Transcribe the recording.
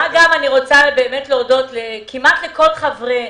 מה גם שאני רוצה להודות כמעט לכל חברי,